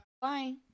Bye